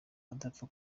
udapfa